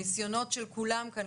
הניסיונות של כולם כאן,